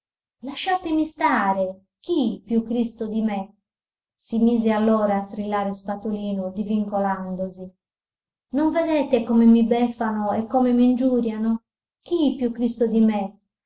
lasciatemi stare chi più cristo di me si mise allora a strillare spatolino divincolandosi non vedete come mi beffano e come m'ingiuriano chi più cristo di me